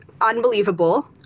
unbelievable